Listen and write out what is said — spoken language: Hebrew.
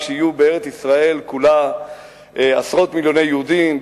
כשיהיו בארץ-ישראל כולה עשרות מיליוני יהודים,